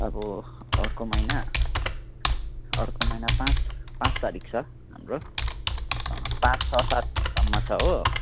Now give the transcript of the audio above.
अब अर्को महिना अर्को महिना पाँच पाँच तारिक छ हाम्रो अँ पाँच छ सातसम्म छ हो